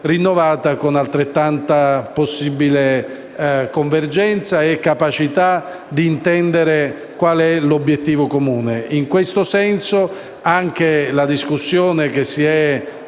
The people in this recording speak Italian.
con altrettanta convergenza e capacità di intendere quale sia l'obiettivo comune. In questo senso, anche la discussione che si è